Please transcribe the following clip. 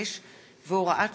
5 והוראת שעה),